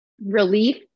relief